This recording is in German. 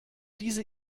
diese